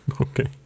Okay